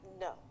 No